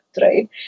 right